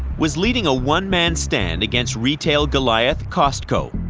was leading a one-man stand against retail goliath, costco.